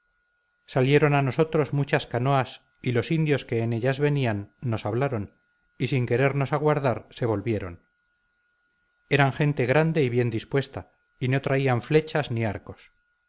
salieron a nosotros muchas canoas y los indios que en ellas venían nos hablaron y sin querernos aguardar se volvieron era gente grande y bien dispuesta y no traían flechas ni arcos